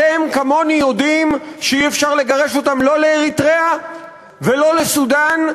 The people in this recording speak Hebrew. אתם כמוני יודעים שאי-אפשר לגרש אותם: לא לאריתריאה ולא לסודאן,